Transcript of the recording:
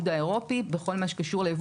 צוהריים טובים לכולם, ברוכים הבאים.